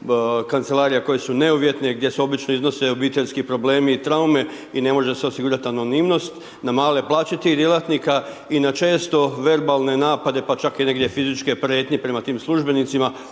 kancelarija koje su neuvjetne, gdje se obično iznose obiteljski problemi i traume i ne može se osigurati anonimnost, na male plaće tih djelatnika i na često verbalne napade, pa čak negdje i fizičke prijetnje prema tim službenicima